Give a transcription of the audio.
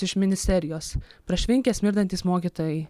iš ministerijos prašvinkę smirdantys mokytojai